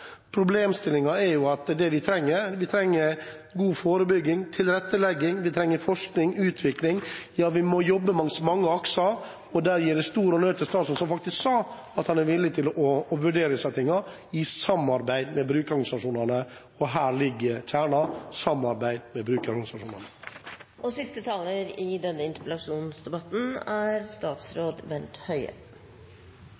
er: Det vi trenger, er god forebygging, tilrettelegging, forskning, utvikling – ja, vi må jobbe langs mange akser. Der gir jeg stor honnør til statsråden, som faktisk sa at han er villig til å vurdere disse tingene i samarbeid med brukerorganisasjonene. Her ligger kjernen: i samarbeid med